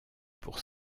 pour